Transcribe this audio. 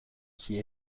qui